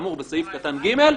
כאמור בסעיף קטן (ג),